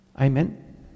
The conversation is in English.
Amen